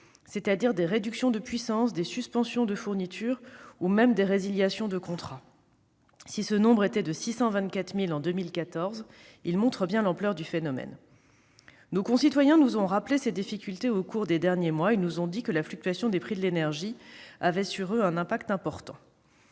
c'est-à-dire des réductions de puissance, des suspensions de fourniture ou même des résiliations de contrat. Si ce nombre était de 624 000 en 2014, il montre bien l'ampleur du phénomène. Nos concitoyens nous ont rappelé ces difficultés au cours des derniers mois. Ils nous ont dit que la fluctuation des prix de l'énergie avait sur eux un impact important.